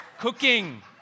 cooking